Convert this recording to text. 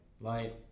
Light